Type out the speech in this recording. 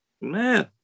Man